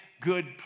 good